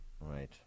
Right